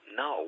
no